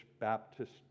baptist